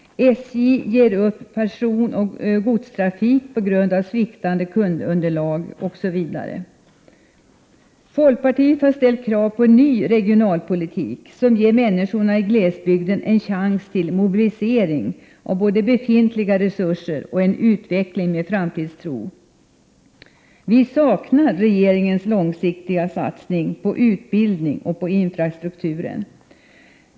SJ upphör med personoch godstrafik på grund av sviktande kundunderlag osv. Folkpartiet har ställt krav på en ny regionalpolitik som ger människorna i glesbygden en chans till mobilisering av både befintliga resurser och en utveckling med framtidstro. Vi saknar regeringens långsiktiga satsning på utbildning och på infrastruktur.